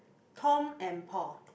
Tom and Paul